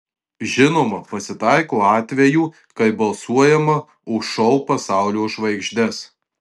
žinoma pasitaiko atvejų kai balsuojama už šou pasaulio žvaigždes